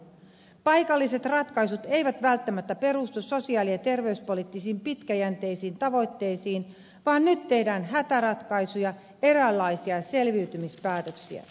paikalliset ratkaisut eivät välttämättä perustu sosiaali ja terveyspoliittisiin pitkäjänteisiin tavoitteisiin vaan nyt tehdään hätäratkaisuja eräänlaisia selviytymispäätöksiä